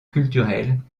culturelle